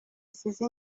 isize